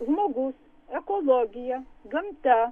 žmogus ekologija gamta